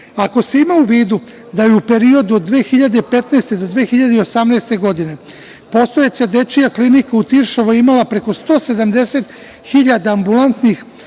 se ima u vidu da je u periodu od 2015. do 2018. godine postojeća dečija klinika u „Tiršovoj“ imala preko 170.000 ambulantnih